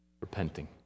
repenting